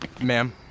Ma'am